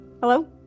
Hello